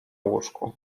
łóżku